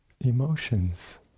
emotions